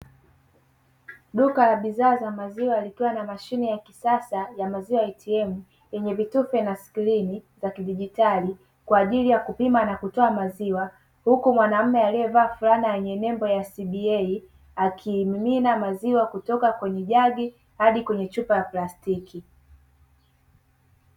Duka la bidhaa za maziwa, likiwa na mashine ya kisasa ya maziwa ya “ATM”, lenye vitufe na skrini za kidijitali, kwa ajili ya kupima na kutoa maziwa. Huku mwanaume aliyevaa fulana yenye nembo ya “CBA”, akimimina maziwa kutoka kwenye jagi hadi kwenye chupa ya plastiki.